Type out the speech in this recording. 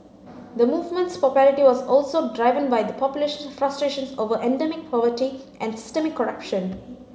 the movement's popularity was also driven by the population's frustrations over endemic poverty and systemic corruption